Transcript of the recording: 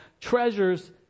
treasures